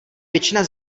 většina